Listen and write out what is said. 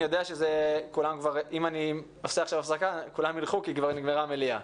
אני יודע שאם אני עושה הפסקה כולם ילכו כי כבר הסתיימה המליאה.